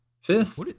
Fifth